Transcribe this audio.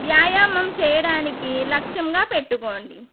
వ్యాయామం చేయడానికి లక్ష్యంగా పెట్టుకోండి